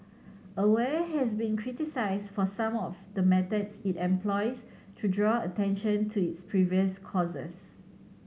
aware has been criticised for some of the methods it employs to draw attention to its previous causes